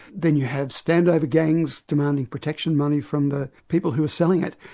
then you have standover gangs demanding protection money from the people who are selling it.